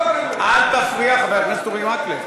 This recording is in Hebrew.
אל תפריע, חבר הכנסת אורי מקלב.